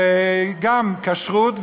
גם כשרות וגיוס.